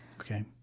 okay